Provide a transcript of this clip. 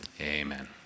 Amen